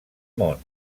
món